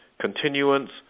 Continuance